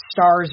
stars